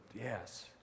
yes